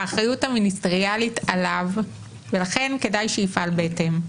האחריות המיניסטריאלית עליו ולכן כדאי שיפעל בהתאם.